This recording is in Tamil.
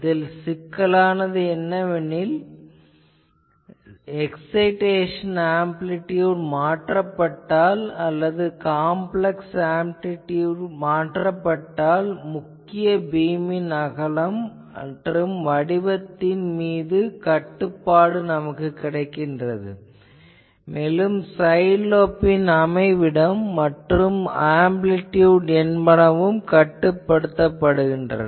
இதில் சிக்கலானது என்னவென்றால் எக்சைடேசன் ஆம்பிளிடியுட் மாற்றப்பட்டால் அல்லது காம்ப்ளக்ஸ் ஆம்பிளிடியுட் மாற்றப்பட்டால் முக்கிய பீம் ன் அகலம் மற்றும் வடிவத்தின் மீது கட்டுப்பாடு கிடைக்கும் மேலும் சைட் லோப்பின் அமைவிடம் மற்றும் ஆம்பிளிடியுட் என்பனவும் கட்டுப்படுத்தப்படும்